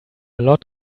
lot